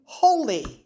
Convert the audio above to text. holy